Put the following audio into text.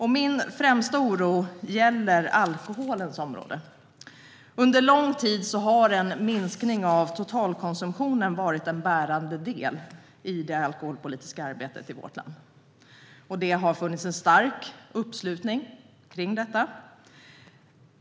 Min främsta oro gäller alkoholens område. Under lång tid har en minskning av totalkonsumtionen varit en bärande del i det alkoholpolitiska arbetet i vårt land, och det har funnits en stark uppslutning kring detta.